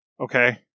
Okay